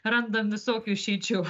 randam visokių išeičių